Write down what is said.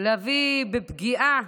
להביא לפגיעה